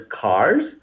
cars